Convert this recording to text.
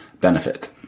benefit